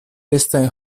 estas